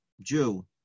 Jew